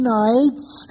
nights